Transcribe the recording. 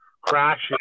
crashes